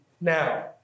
now